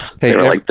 Hey